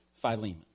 Philemon